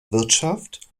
wirtschaft